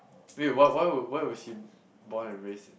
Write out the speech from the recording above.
wait what why were why was she boiled and raised it